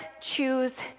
choose